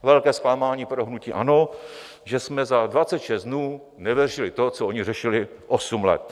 Velké zklamání pro hnutí ANO, že jsme za 26 dnů nevyřešili to, co oni řešili osm let.